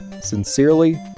Sincerely